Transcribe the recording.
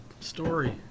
story